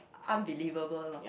unbelievable lor